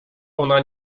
ona